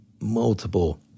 multiple